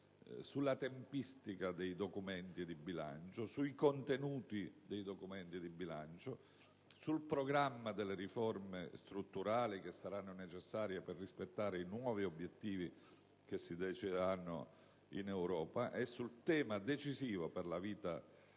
sulla tempistica dei documenti di bilancio, sui contenuti dei documenti di bilancio, sul programma delle riforme strutturali che saranno necessarie per rispettare i nuovi obiettivi che si decideranno in Europa nonché sul tema, decisivo per la vita del